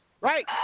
right